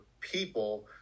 people